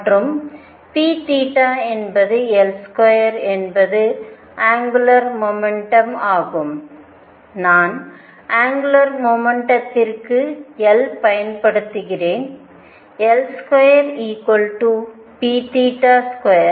மற்றும் p என்பது L2 என்பது அங்குலார் மொமெண்டம் ஆகும் நான் அங்குலார் மொமெண்டத்திற்கு L பயன்படுத்துகிறேன்L2p2p2